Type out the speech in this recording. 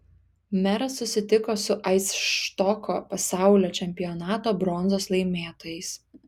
meras susitiko su aisštoko pasaulio čempionato bronzos laimėtojais